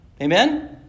Amen